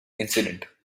incident